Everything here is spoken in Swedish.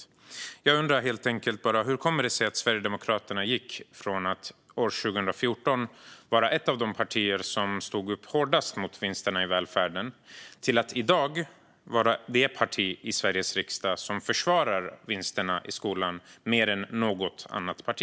Jag undrar helt enkelt: Hur kommer det sig att Sverigedemokraterna gick från att 2014 vara ett av de partier som stod upp starkast mot vinsterna i välfärden till att i dag vara det parti i Sveriges riksdag som försvarar vinsterna i skolan mer än något annat parti?